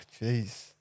jeez